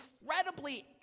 incredibly